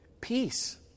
Peace